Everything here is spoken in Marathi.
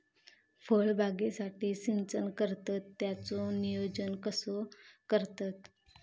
फळबागेसाठी सिंचन करतत त्याचो नियोजन कसो करतत?